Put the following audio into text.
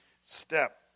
step